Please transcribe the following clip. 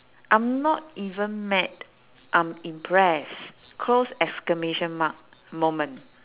I'm not even mad I'm impressed close exclamation mark moment